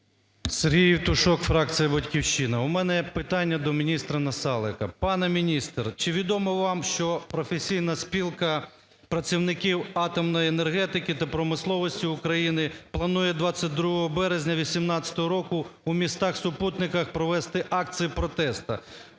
Сергій Євтушок, фракція "Батьківщина". У мене питання до міністра Насалика. Пане міністр, чи відомо вам, що Професійна спілка працівників атомної енергетики та промисловості України планує 22 березня 2018 року у містах-супутниках провести акцію протесту.